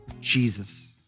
Jesus